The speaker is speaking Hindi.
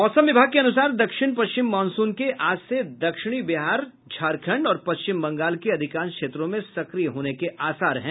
मौसम विभाग के अनुसार दक्षिण पश्चिम मॉनसून के आज से दक्षिणी बिहार झारखंड और पश्चिम बंगाल के अधिकांश क्षेत्रों में सक्रिय होने के आसार हैं